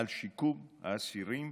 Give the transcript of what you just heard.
לשיקום האסירים